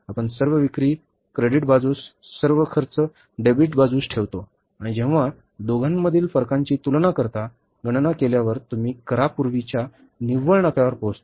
आपण सर्व विक्री क्रेडिट बाजूस सर्व खर्च डेबिट बाजूस ठेवतो आणि जेव्हा दोघांमधील फरकांची तुलना करता गणना केल्यावर तुम्ही करापूर्वीच्या निव्वळ नफ्यावर पोहोचता